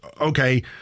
okay